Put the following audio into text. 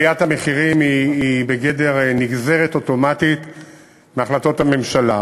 עליית המחירים היא בגדר נגזרת אוטומטית מהחלטות הממשלה.